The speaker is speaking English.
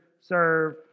serve